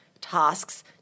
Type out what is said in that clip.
tasks